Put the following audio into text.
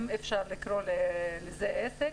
אם אפשר לקרוא לזה עסק,